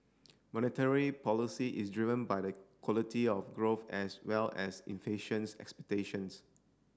monetary policy is driven by the quality of growth as well as inflations expectations